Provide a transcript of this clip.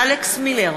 אלכס מילר,